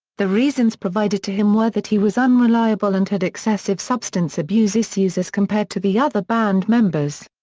the reasons provided to him were that he was unreliable and had excessive substance abuse issues as compared to the other band members.